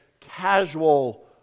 casual